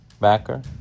Backer